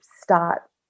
start